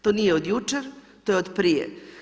To nije od jučer, to je od prije.